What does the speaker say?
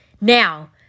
Now